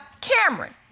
Cameron